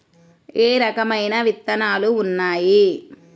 ఏ రకమైన విత్తనాలు ఉన్నాయి?